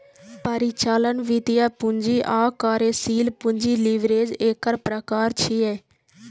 परिचालन, वित्तीय, पूंजी आ कार्यशील पूंजी लीवरेज एकर प्रकार छियै